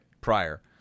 prior